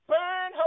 Burn